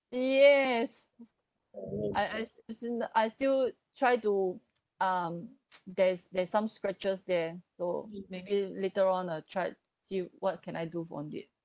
yes I I is in the I still try to um there's there's some scratches there so maybe later on I'll tried see if what can I do on it